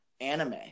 anime